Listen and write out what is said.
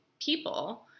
people